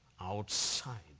outside